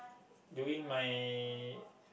during my